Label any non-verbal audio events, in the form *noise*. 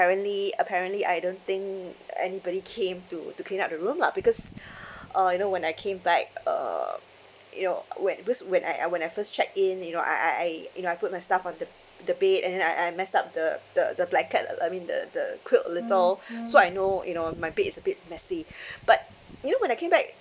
apparently apparently I don't think anybody came to to clean up the room lah because *breath* uh you know when I came back uh you know when because when I I when I first checked in you know I I I you know I put my stuff on the the bed and then I I messed up the the the blanket uh I mean the the quilt a little *breath* so I know you know my bed is a bit messy *breath* but you know when I came back